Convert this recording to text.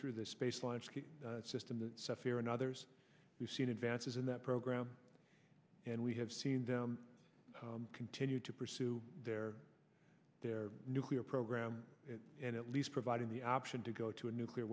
through the space launch system to suffer and others we've seen advances in that program and we have seen them continue to pursue their their nuclear program and at least providing the option to go to a nuclear